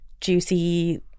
juicy